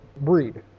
breed